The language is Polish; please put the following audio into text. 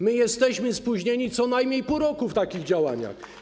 My jesteśmy spóźnieni co najmniej pół roku w takich działaniach.